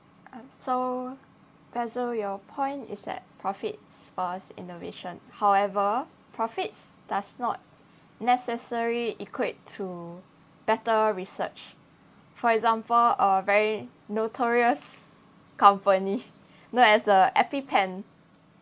so pezzo your point is that profits spur innovation however profits does not necessarily equate to better research for example uh very notorious company known as the EpiPen